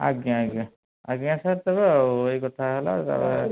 ଆଜ୍ଞା ଆଜ୍ଞା ଆଜ୍ଞା ସାର୍ ତେବେ ଆଉ ଏଇ କଥାହେଲା ଆଉ